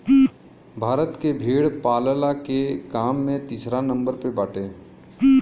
भारत भेड़ पालला के काम में तीसरा नंबर पे बाटे